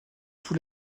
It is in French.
tout